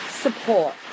support